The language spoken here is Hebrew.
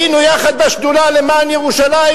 היינו יחד בשדולה למען ירושלים,